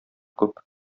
күп